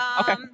Okay